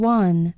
one